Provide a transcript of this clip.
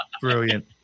Brilliant